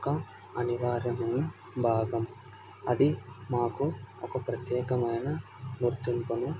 ఒక అనివార్యమైన భాగం అది మాకు ఒక ప్రత్యేకమైన గుర్తింపును